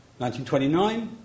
1929